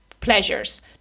pleasures